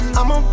I'ma